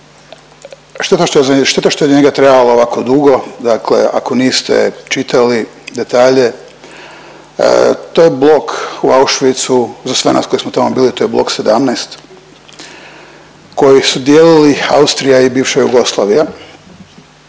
šteta što je za njega trebalo ovako dugo, dakle ako niste čitali detalje, to je blok u Auschwitzu, za sve nas koji smo tamo bili to je blok 17 koji su dijelili Austrija i bivša Jugoslavija